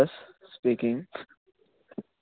yes speaking